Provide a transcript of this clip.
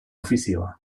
ofizioa